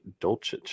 Dolchich